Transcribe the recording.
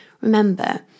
Remember